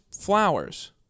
flowers